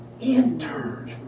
entered